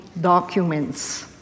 documents